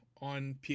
on